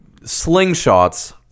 slingshots